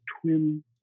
twin